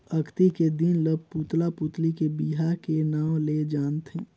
अक्ती के दिन ल पुतला पुतली के बिहा के नांव ले जानथें